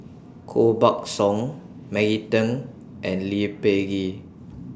Koh Buck Song Maggie Teng and Lee Peh Gee